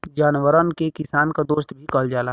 जानवरन के किसान क दोस्त भी कहल जाला